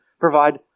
provide